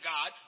God